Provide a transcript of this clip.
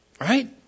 right